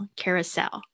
carousel